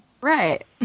right